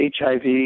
HIV